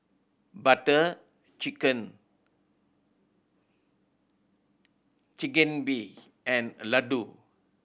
Butter Chicken Chigenabe and Ladoo